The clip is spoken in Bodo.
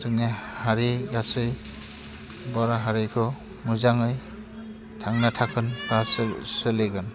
जोंनि हारि गासै बर' हारिखौ मोजाङै थांना थागोन बा सो सोलिगोन